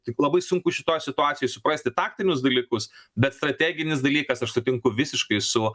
tik labai sunku šitoj situacijoj suprasti taktinius dalykus bet strateginis dalykas aš sutinku visiškai su